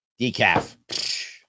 decaf